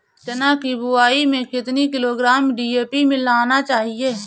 चना की बुवाई में कितनी किलोग्राम डी.ए.पी मिलाना चाहिए?